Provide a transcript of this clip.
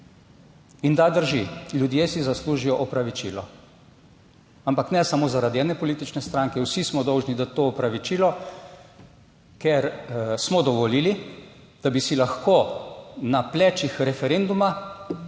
In da, drži, ljudje si zaslužijo opravičilo, ampak ne samo zaradi ene politične stranke, vsi smo dolžni dati to opravičilo, ker smo dovolili, da bi si lahko na plečih referenduma